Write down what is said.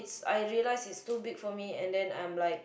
it's I realised it's too big for me and then I'm like